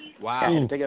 Wow